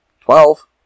Twelve